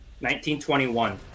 1921